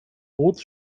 boots